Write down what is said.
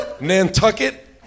Nantucket